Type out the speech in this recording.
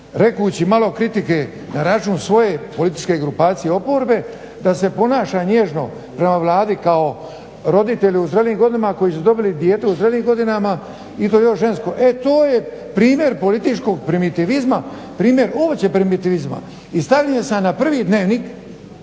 rekući malo kritike na račun svoje političke grupacije oporbe da se ponaša nježno prema Vladi kao roditelj u zrelim godinama koji su dobili dijete u zrelim godinama i to još žensko, e to je primjer političkog primitivizma, primjer uopće primitivizma, i stavio sam na prvi dnevnik